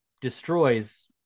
destroys